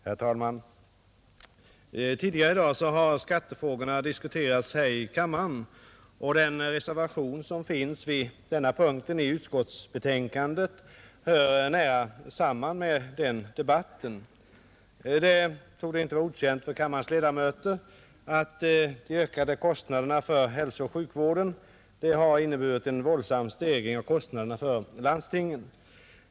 Herr talman! Tidigare i dag har skattefrågorna diskuterats här i kammaren, och den reservation som finns vid denna punkt i utskottsbetänkandet hör nära samman med den debatten. Det torde inte vara okänt för kammarens ledamöter att de ökade kostnaderna för hälsooch sjukvården har inneburit en våldsam stegring av kostnaderna för landstingen.